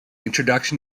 introduction